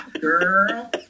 girl